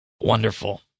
Wonderful